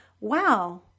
wow